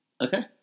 Okay